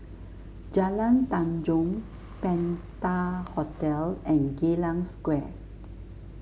Jalan Tanjong Penta Hotel and Geylang Square